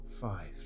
five